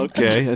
Okay